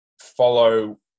follow